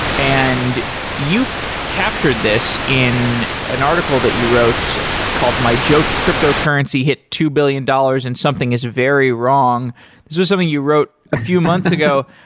and you captured this in an article that you wrote called my joke cryptocurrency hit two billion dollars and something is very wrong. this was something you wrote a few months ago.